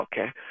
okay